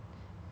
at like